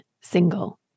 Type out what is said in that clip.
single